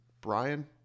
Brian